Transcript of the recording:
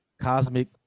Cosmic